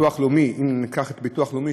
אם ניקח את הביטוח הלאומי,